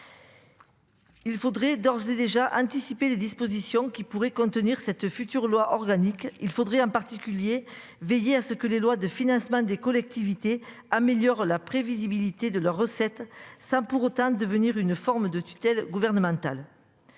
Il faudrait d'ores et déjà anticipé les dispositions qui pourraient contenir cette future loi organique, il faudrait un particulier veiller à ce que les lois de financement des collectivités améliorent la prévisibilité de leurs recettes sans pour autant devenir une forme de tutelle gouvernementale.